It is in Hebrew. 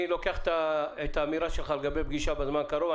אני לוקח את האמירה שלך לגבי פגישה בזמן הקרוב,